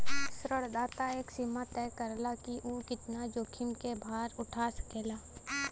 ऋणदाता एक सीमा तय करला कि उ कितना जोखिम क भार उठा सकेला